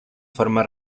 forma